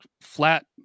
flat